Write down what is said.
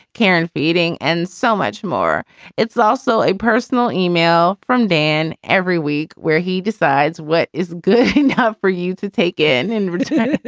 karen, feting and so much more it's also a personal email from dan every week where he decides what is good enough for you to take in and where